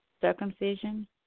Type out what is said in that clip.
circumcision